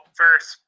first